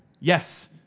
Yes